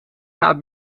gaat